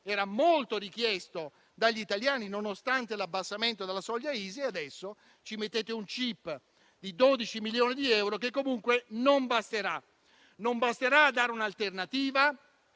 era molto richiesto dagli italiani, nonostante l'abbassamento della soglia ISEE, e adesso ci mettete un *cip* di 12 milioni di euro che comunque non basterà: non basterà a dare un'alternativa